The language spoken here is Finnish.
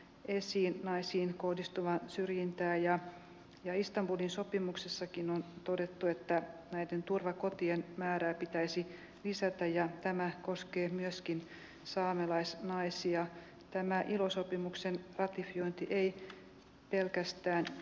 esiin naisiin kohdistuvaa syrjintää ja jäistä vuoden sopimuksessakin on todettu että men herr talman jag skulle vilja tillägga det är aldrig aldrig ett privilegium att tillhöra en minoritet